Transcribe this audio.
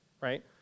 right